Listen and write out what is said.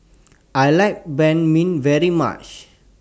I like Banh MI very much